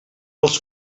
els